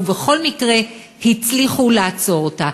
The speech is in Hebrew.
ובכל מקרה הצליחו לעצור אותה.